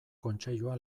kontseilua